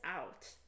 out